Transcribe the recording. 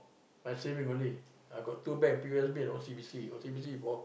my saving only I got two bank P_O_S_B and O_C_B_C O_C_B_C is for